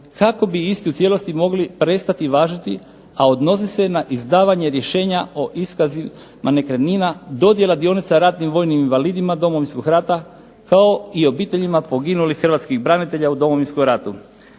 kako bi isti u cijelosti mogli prestati važiti, a odnosi se na izdavanje rješenja o iskazima nekretnina, dodjela dionica ratnim vojnim invalidima Domovinskog rata, kao i obiteljima poginulih hrvatskih branitelja u Domovinskom ratu